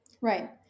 Right